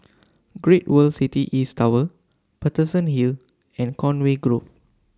Great World City East Tower Paterson Hill and Conway Grove